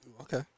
Okay